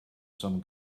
some